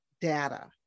data